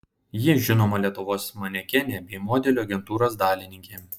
ji žinoma lietuvos manekenė bei modelių agentūros dalininkė